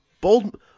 bold